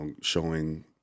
showing